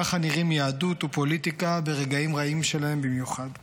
ככה נראים יהדות ופוליטיקה ברגעים רעים במיוחד שלהם.